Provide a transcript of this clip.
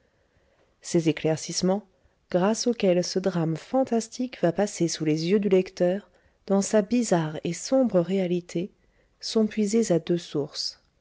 ces éclaircissements grâce auxquels ce drame fantastique va passer sous les yeux du lecteur dans sa bizarre et sombre réalité sont puisés à deux sources